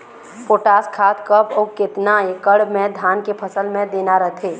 Potash खाद कब अऊ केतना एकड़ मे धान के फसल मे देना रथे?